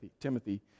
Timothy